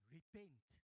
Repent